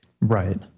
Right